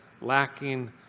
lacking